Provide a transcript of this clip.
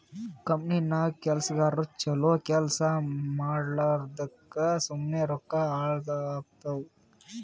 ಕಂಪನಿನಾಗ್ ಕೆಲ್ಸಗಾರು ಛಲೋ ಕೆಲ್ಸಾ ಮಾಡ್ಲಾರ್ದುಕ್ ಸುಮ್ಮೆ ರೊಕ್ಕಾ ಹಾಳಾತ್ತುವ್